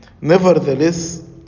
Nevertheless